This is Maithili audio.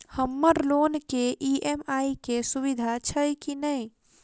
हम्मर लोन केँ ई.एम.आई केँ सुविधा छैय की नै?